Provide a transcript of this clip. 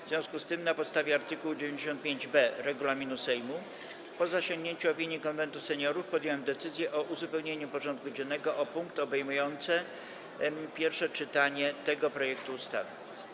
W związku z tym, na podstawie art. 95b regulaminu Sejmu, po zasięgnięciu opinii Konwentu Seniorów, podjąłem decyzję o uzupełnieniu porządku dziennego o punkt obejmujący pierwsze czytanie tego projektu ustawy.